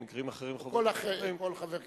במקרים אחרים חברי כנסת נוספים,